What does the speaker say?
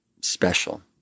special